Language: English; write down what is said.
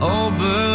over